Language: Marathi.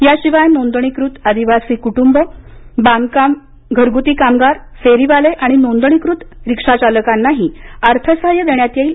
याशिवाय नोंदणीकृत आदिवासी क्टुंब बांधकाम घरग्ती कामगार फेरीवाले आणि नोंदणीकृत रिक्षाचालकांनाही अर्थसहाय्य देण्यात येईल